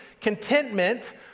contentment